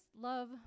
love